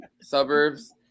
suburbs